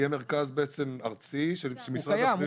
יהיה מרכז ארצי של משרד הבריאות.